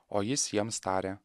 o jis jiems tarė